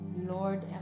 Lord